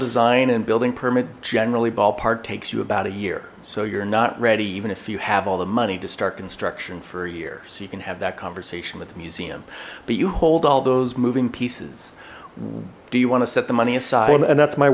design and building permit generally ballpark takes you about a year so you're not ready even if you have all the money to start construction for a year so you can have that conversation with the museum but you hold all those moving pieces do you want to set the money aside and that's my